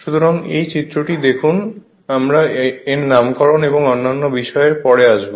সুতরাং এই চিত্রটি দেখুন আমরা এর নামকরণ এবং অন্যান্য বিষয়ে পরে আসব